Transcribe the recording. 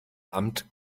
amt